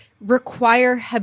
require